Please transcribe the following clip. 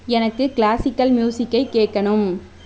எனக்கு கிளாசிக்கல் மியூசிக்கை கேட்கணும்